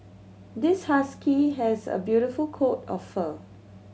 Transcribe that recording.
this husky has a beautiful coat of fur